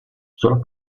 solo